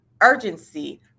urgency